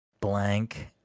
blank